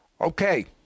Okay